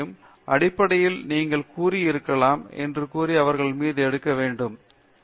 எனவே அடிப்படையில் நீங்கள் கூறி இருக்கலாம் என்று கூறி அவர்கள் மீது எடுக்க வேண்டும் என்ன